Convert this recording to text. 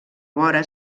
vora